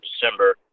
December